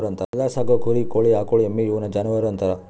ಹೊಲ್ದಾಗ್ ಸಾಕೋ ಕುರಿ ಕೋಳಿ ಆಕುಳ್ ಎಮ್ಮಿ ಇವುನ್ ಜಾನುವರ್ ಅಂತಾರ್